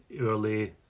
early